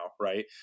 Right